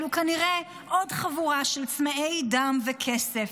אלו כנראה עוד חבורה של צמאי דם וכסף.